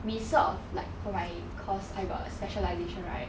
we sort of like for my course I got a specialisation right